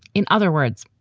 in other words,